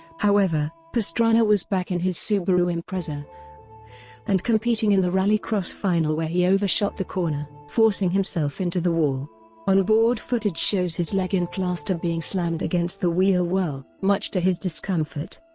however, pastrana was back in his subaru impreza and competing in the rally cross final where he overshot the corner, forcing himself into the wall on-board footage shows his leg in plaster being slammed against the wheel well, much to his discomfort.